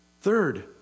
third